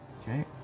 Okay